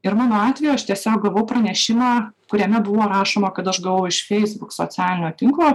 ir mano atveju aš tiesiog gavau pranešimą kuriame buvo rašoma kad aš gavau iš facebook socialinio tinklo